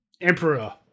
Emperor